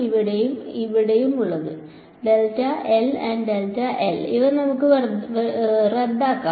ഇവിടെയും ഇവിടെയും ഉണ്ട് ഇവ റദ്ദാക്കും